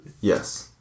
Yes